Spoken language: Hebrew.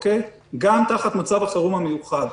גם תחת מצב החירום המיוחד.